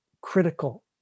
critical